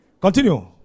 Continue